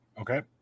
Okay